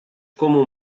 como